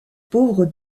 pauvre